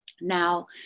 Now